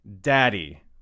daddy